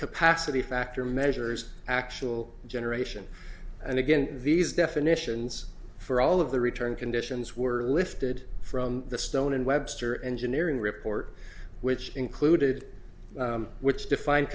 capacity factor measures actual generation and again these definitions for all of the return conditions were lifted from the stone and webster engineering report which included which defined